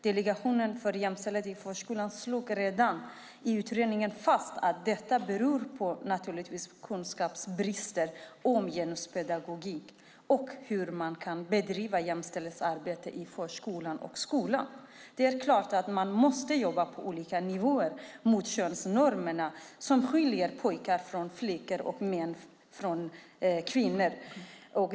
Delegationen för jämställdhet i förskolan slog redan i utredningen fast att detta naturligtvis beror på kunskapsbrister om genuspedagogik och om hur man kan bedriva jämställdhetsarbete i förskolan och skolan. Det är klart att man måste jobba på olika nivåer mot könsnormerna som skiljer pojkar från flickor och män från kvinnor.